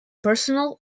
personal